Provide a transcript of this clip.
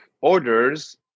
orders